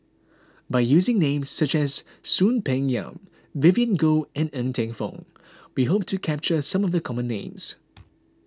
by using names such as Soon Peng Yam Vivien Goh and Ng Teng Fong we hope to capture some of the common names